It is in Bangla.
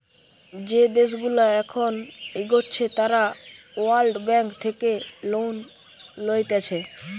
যে দেশগুলা এখন এগোচ্ছে তারা ওয়ার্ল্ড ব্যাঙ্ক থেকে লোন লইতেছে